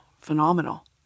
phenomenal